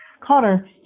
Connor